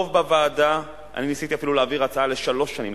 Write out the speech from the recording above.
אני ניסיתי להעביר אפילו הצעה לשלוש שנים,